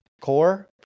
core